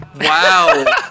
Wow